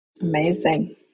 Amazing